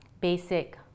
basic